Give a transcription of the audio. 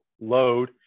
load